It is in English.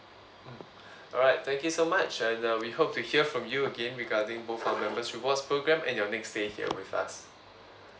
mm alright thank you so much and uh we hope to hear from you again regarding both our members rewards programme and your next stay here with us